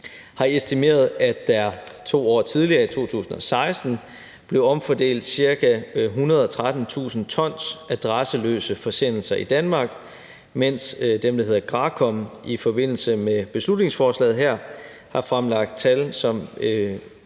2018 har estimeret, at der to år tidligere, i 2016, blev omfordelt cirka 113.000 t adresseløse forsendelser i Danmark, mens dem, der hedder GRAKOM, i forbindelse med beslutningsforslaget her har fremlagt tal, som